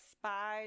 spy